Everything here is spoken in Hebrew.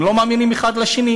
הם לא מאמינים אחד לשני.